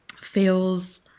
feels